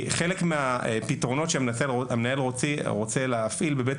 חלק מהפתרונות שהמנהל רוצה להפעיל בבית